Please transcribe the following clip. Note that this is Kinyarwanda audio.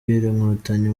inkotanyi